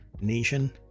nation